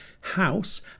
House